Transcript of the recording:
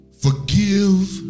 forgive